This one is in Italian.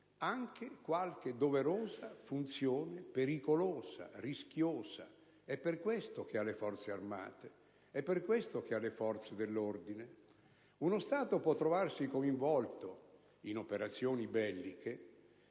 anche qualche doverosa funzione pericolosa, rischiosa. È per questo che ha le Forze armate e le forze dell'ordine. Uno Stato può trovarsi coinvolto in operazioni belliche,